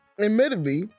admittedly